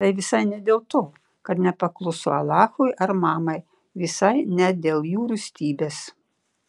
tai visai ne dėl to kad nepakluso alachui ar mamai visai ne dėl jų rūstybės